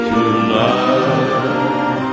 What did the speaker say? Tonight